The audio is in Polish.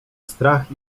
strach